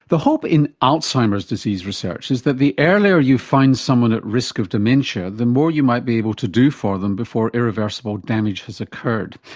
the hope in alzheimer's disease research is that the earlier you find someone at risk of dementia, the more you might be able to do for them before irreversible damage has occurred.